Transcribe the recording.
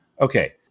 Okay